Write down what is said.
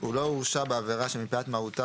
(2)הוא לא הורשע בעבירה שמפאת מהותה,